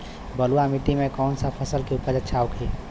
बलुआ मिट्टी में कौन सा फसल के उपज अच्छा होखी?